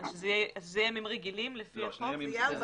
זה יהיה ימים רגילים לפי החוק.